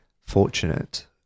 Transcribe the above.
fortunate